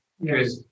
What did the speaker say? Yes